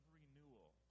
renewal